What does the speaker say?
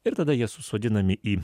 ir tada jie susodinami į